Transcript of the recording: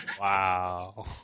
Wow